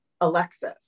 Alexis